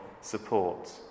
support